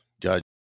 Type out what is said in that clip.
judge